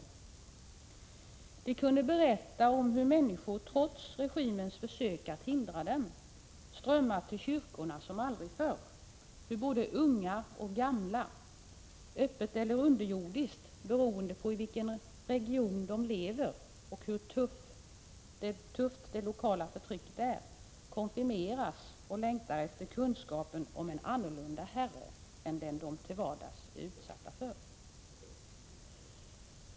Missionärerna kunde berätta om hur människor trots regimens försök att hindra dem strömmar till kyrkorna som aldrig förr, hur både unga och gamla, öppet eller underjordiskt — beroende på i vilken region de lever och hur hårt det lokala förtrycket är — konfirmeras och längtar efter kunskapen om en annan herre än den de till vardags är utsatta för.